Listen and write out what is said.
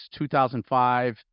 2005